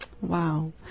Wow